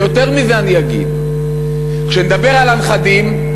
יותר מזה אני אגיד: כשנדבר על הנכדים,